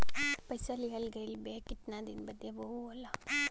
पइसा लिहल गइल बा केतना दिन बदे वहू होला